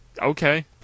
Okay